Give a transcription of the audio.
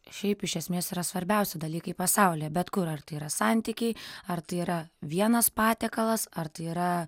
šiaip iš esmės yra svarbiausi dalykai pasaulyje bet kur ar tai yra santykiai ar tai yra vienas patiekalas ar tai yra